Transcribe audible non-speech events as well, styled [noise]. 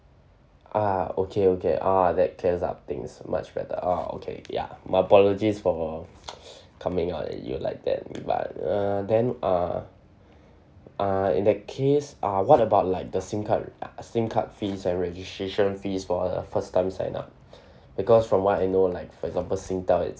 ah okay okay ah that clears up things much better ah okay ya my apologies for [noise] coming out at you like that but uh then uh uh in that case uh what about like the SIM card SIM card fees and registration fees for a first time sign up because from what I know like for example singtel it's